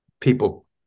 people